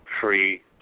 free